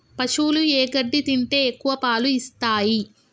పశువులు ఏ గడ్డి తింటే ఎక్కువ పాలు ఇస్తాయి?